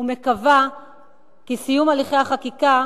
ומקווה כי סיום הליכי החקיקה